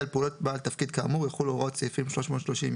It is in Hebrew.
על פעולות בעל תפקיד כאמור יחולו הוראות סעיפים 330יט,